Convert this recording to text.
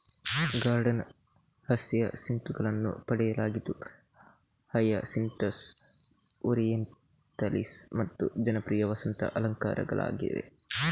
garden ಹಸಿಯಸಿಂತುಗಳನ್ನು ಪಡೆಯಲಾಗಿದ್ದು hyacinthus, orientalis ಮತ್ತು ಜನಪ್ರಿಯ ವಸಂತ ಅಲಂಕಾರಿಕಗಳಾಗಿವೆ